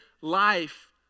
life